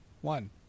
one